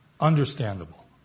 understandable